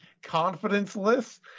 Confidenceless